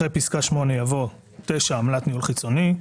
אחרי פסקה (8) יבוא: "(9) עמלת ניהול חיצוני,